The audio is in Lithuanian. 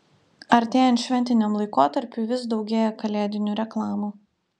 artėjant šventiniam laikotarpiui vis daugėja kalėdinių reklamų